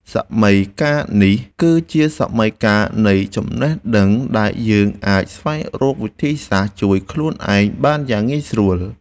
សម័យកាលនេះគឺជាសម័យកាលនៃចំណេះដឹងដែលយើងអាចស្វែងរកវិធីសាស្រ្តជួយខ្លួនឯងបានយ៉ាងងាយស្រួល។